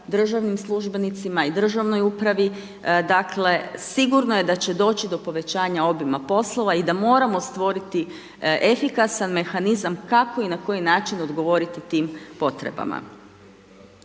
državnim službenicima i državnoj upravi, dakle sigurno je da će doći do povećanja obima poslova i da moramo stvoriti efikasan mehanizam kako i na koji način odgovoriti tim potrebama.